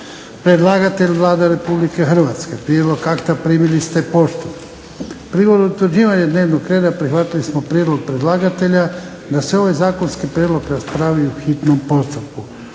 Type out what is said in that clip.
Predlagatelj Vlada Republike Hrvatske. Prijedlog akta primili ste poštom. Prigodom utvrđivanja dnevnog reda prihvatili smo prijedlog predlagatelja da se ovaj zakonski prijedlog raspravi u hitnom postupku.